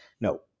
No